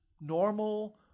normal